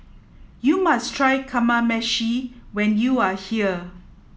you must try Kamameshi when you are here